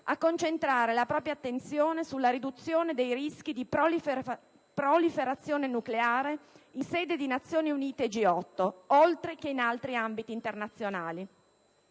a concentrare la propria attenzione sulla riduzione dei rischi di proliferazione nucleare in sede di Nazioni Unite e G8, oltre che in altri ambiti internazionali.